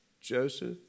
Joseph